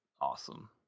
awesome